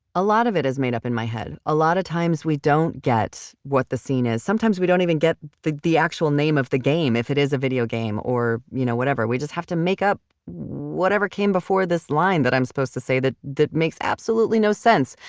a lot of it is made up in my head. a lot of times, we don't get what the scene is. sometimes we don't even get the the actual name of the game, if it is a video game. you know we just have to make up whatever came before this line that i'm supposed to say, that that makes absolutely no sense,